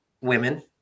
women